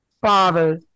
father